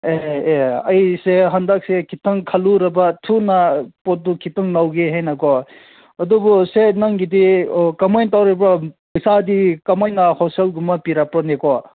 ꯑꯦ ꯑꯦ ꯑꯩꯁꯦ ꯍꯟꯗꯛꯁꯦ ꯈꯤꯇꯪ ꯈꯜꯂꯨꯔꯕ ꯊꯨꯅ ꯄꯣꯠꯇꯨ ꯈꯤꯇꯪ ꯂꯧꯒꯦ ꯍꯥꯏꯅꯀꯣ ꯑꯗꯨꯕꯨ ꯁꯦ ꯅꯪꯒꯤꯗꯤ ꯀꯃꯥꯏꯅ ꯇꯧꯔꯤꯕ꯭ꯔꯣ ꯄꯩꯁꯥꯗꯤ ꯀꯃꯥꯏꯅ ꯍꯣꯜꯁꯦꯜꯒꯨꯝꯕ ꯄꯤꯔꯛꯄꯅꯤꯀꯣ